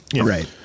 Right